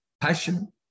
passion